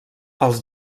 els